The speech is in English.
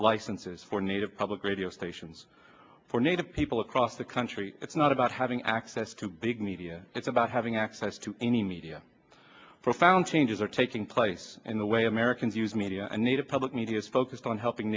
licenses for native public radio stations for native people across the country it's not about having access to big media it's about having access to any media profound changes are taking place in the way americans use media and need a public media's focus on helping